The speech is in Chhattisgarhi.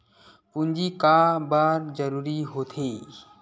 पूंजी का बार जरूरी हो थे?